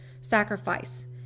sacrifice